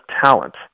talent